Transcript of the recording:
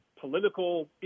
political